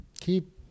keep